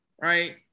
right